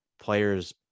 players